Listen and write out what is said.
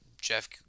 Jeff